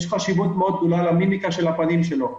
יש חשיבות גדולה מאוד למימיקה של הפנים שלו,